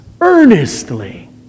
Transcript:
earnestly